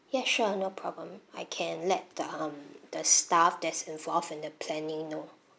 yeah sure no problem I can let the um the staff that's involved in the planning know